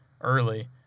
early